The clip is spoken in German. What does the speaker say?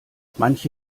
manche